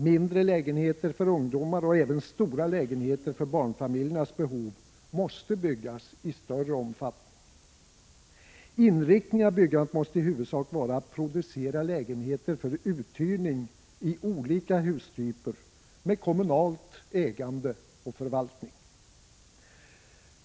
Mindre lägenheter för ungdomar, och även stora lägenheter för barnfamiljernas behov, måste byggas i större omfattning. Inriktningen av byggandet måste i huvudsak vara att producera lägenheter för uthyrning i olika hustyper med kommunalt ägande och förvaltning.